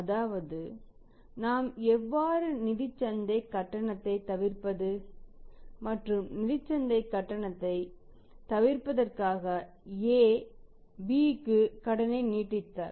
அதாவது நாம் எவ்வாறு நிதிச் சந்தை கட்டணத்தை தவிர்ப்பது மற்றும் நிதிச் சந்தை கட்டணத்தை தவிர்ப்பதற்காக A Bஇக்கு கடனை நீத்தார்